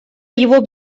его